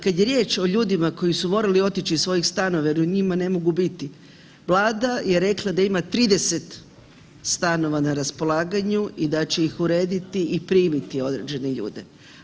Kad je riječ o ljudima koji su morali otići iz svojih stanova jel u njima ne mogu biti, Vlada je rekla da ima 30 stanova na raspolaganju i da će ih urediti i primiti određene ljude.